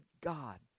God